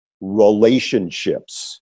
relationships